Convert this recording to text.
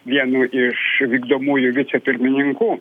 vienu iš vykdomųjų vicepirmininkų